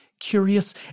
curious